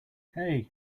hey